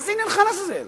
מה זה עניינך לעזאזל